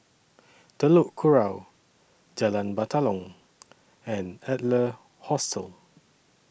Telok Kurau Jalan Batalong and Adler Hostel